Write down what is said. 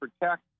protect